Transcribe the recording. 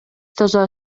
таза